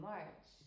March